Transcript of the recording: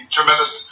Tremendous